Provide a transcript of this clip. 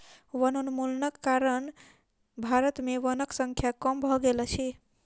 वनोन्मूलनक कारण भारत में वनक संख्या कम भ गेल अछि